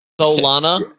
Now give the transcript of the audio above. solana